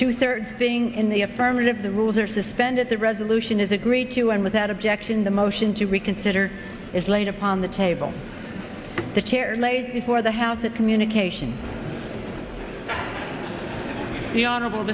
two thirds being in the affirmative the rules are suspended the resolution is agreed to and without objection the motion to reconsider is laid upon the table the chair laid before the house the communication he honorable